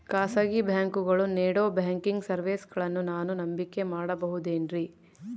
ಖಾಸಗಿ ಬ್ಯಾಂಕುಗಳು ನೇಡೋ ಬ್ಯಾಂಕಿಗ್ ಸರ್ವೇಸಗಳನ್ನು ನಾನು ನಂಬಿಕೆ ಮಾಡಬಹುದೇನ್ರಿ?